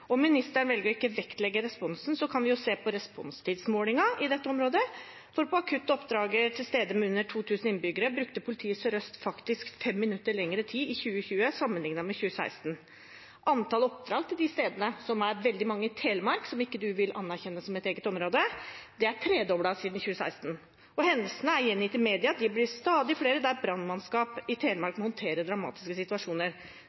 ikke å vektlegge responsen, så kan vi se på responstidsmålingen i dette området. På akutte oppdrag til steder med under 2 000 innbyggere brukte politiet i Sør-Øst politidistrikt faktisk 5 minutter lengre tid i 2020 sammenlignet med 2016. Antall oppdrag til disse stedene, som det er veldig mange av i Telemark, som du ikke vil anerkjenne som et eget område, er tredoblet siden 2016. Og hendelser gjengitt i media viser at det blir stadig flere der brannmannskap i Telemark